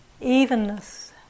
evenness